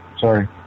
Sorry